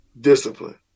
discipline